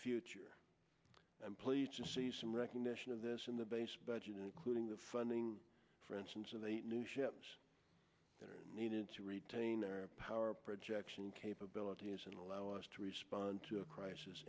future i'm pleased to see some recognition of this in the base budget including the funding for instance of the new ships that are needed to retain power projection capabilities and allow us to respond to a crisis